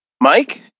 Mike